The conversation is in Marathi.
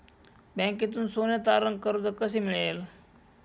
बँकेतून सोने तारण कर्ज कसे मिळेल?